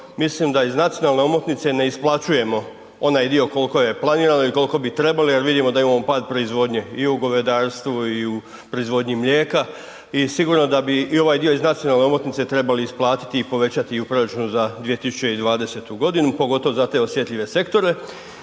mislim da iz nacionalne omotnice ne isplaćujemo onaj dio kolko je planirano i kolko bi trebali jer vidimo da imamo pad proizvodnje i u govedarstvu i u proizvodnji mlijeka i sigurno da bi i ovaj dio iz nacionalne omotnice trebali isplatiti i povećati …/Govornik se ne razumije/…za 2020.g., pogotovo za te osjetljive sektore